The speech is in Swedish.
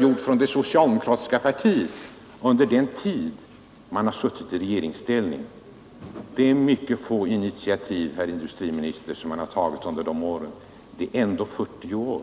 jag mot vad det socialdemokratiska partiet har gjort under den tid som det har suttit i regeringsställning. Det är mycket få initiativ, herr industriministern, som man har tagit under de åren — och det är ändå 40 år.